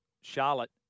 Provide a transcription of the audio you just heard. Charlotte